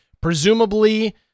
presumably